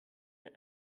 mir